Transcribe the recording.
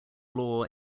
law